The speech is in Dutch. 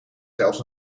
zelfs